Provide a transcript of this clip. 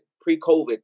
pre-COVID